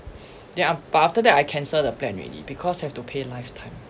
then af~ but after that I cancel the plan already because have to pay lifetime